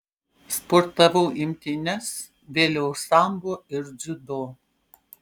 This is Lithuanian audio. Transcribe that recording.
sportavau imtynes vėliau sambo ir dziudo